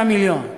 100 מיליון,